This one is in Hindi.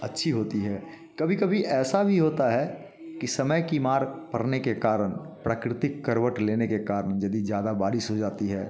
अच्छी होती है कभी कभी ऐसा भी होता है कि समय की मार पड़ने के कारण प्रकृतिक करवट लेने के कारण यदि ज़्यादा बारिश हो जाती है